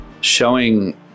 showing